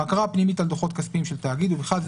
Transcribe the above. בקרה פנימית על דוחות כספיים של תאגיד ובכלל זה